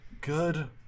Good